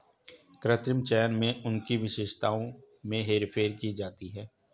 कृत्रिम चयन में उनकी विशेषताओं में हेरफेर की जाती है